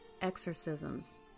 exorcisms